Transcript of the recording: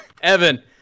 Evan